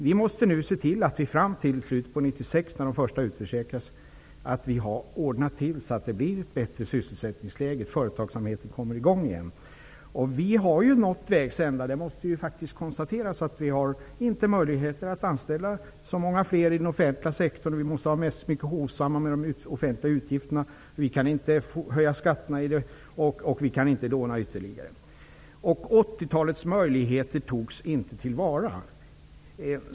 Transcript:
Vi måste se till att vi fram till 1996, när de första utförsäkras, har ordnat ett bättre sysselsättningsläge. Företagsamheten måste komma i gång igen. Vi har nått vägs ände. Det måste faktiskt konstateras att vi inte har möjligheter att anställa så många fler i den offentliga sektorn. Vi måste vara mycket hovsamma med de offentliga utgifterna. Vi kan inte höja skatterna, och vi kan inte heller låna ytterligare. 1980-talets möjligheter togs inte till vara.